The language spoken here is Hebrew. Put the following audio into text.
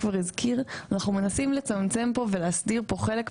כבר הזכיר אנחנו מנסים לצמצם ולהסדיר חלק מהתהליכים,